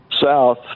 south